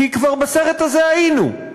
כי בסרט הזה כבר היינו.